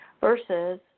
versus